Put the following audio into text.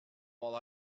while